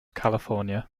california